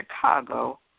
Chicago